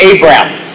Abraham